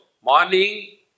morning